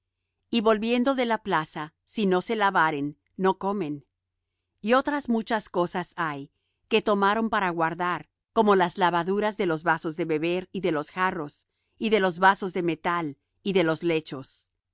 y volviendo de la plaza si no se lavaren no comen y otras muchas cosas hay que tomaron para guardar como las lavaduras de los vasos de beber y de los jarros y de los vasos de metal y de los lechos